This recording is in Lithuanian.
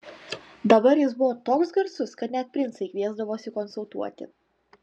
dabar jis buvo toks garsus kad net princai kviesdavosi konsultuoti